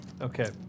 Okay